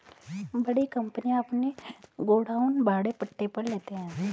बड़ी कंपनियां अपने गोडाउन भाड़े पट्टे पर लेते हैं